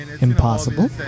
Impossible